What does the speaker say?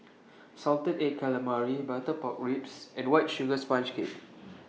Salted Egg Calamari Butter Pork Ribs and White Sugar Sponge Cake